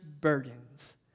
burdens